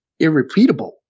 irrepeatable